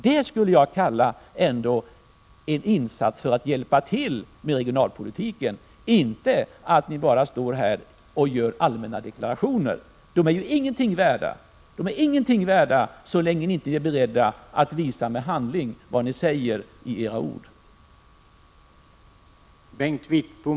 Det skulle jag kalla en insats för att hjälpa till med regionalpolitiken. Att bara stå här och göra allmänna deklarationer är ju ingenting värt, så länge ni inte är beredda att visa i handling att ni menar allvar med vad ni säger.